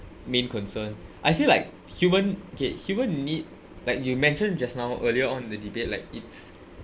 main concern I feel like human ge~ human need like you mentioned just now earlier on the debate like it's